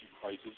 prices